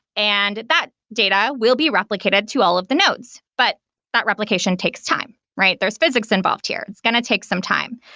and that data will be replicated to all of the nodes. but that replication takes time, right? there's physics involved here. it's going to take some time.